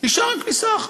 נשאר עם כניסה אחת.